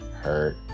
hurt